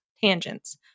tangents